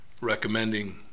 recommending